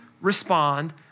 respond